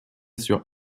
sur